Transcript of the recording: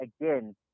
again